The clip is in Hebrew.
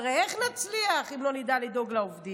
כי הרי איך נצליח אם לא נדע לדאוג לעובדים?